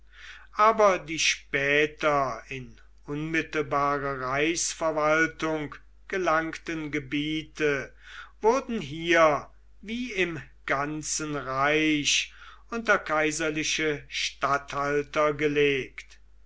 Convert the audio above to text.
aber die später in unmittelbare reichsverwaltung gelangten gebiete wurden hier wie im ganzen reich unter kaiserliche statthalter gelegt